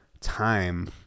time